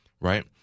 right